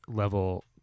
level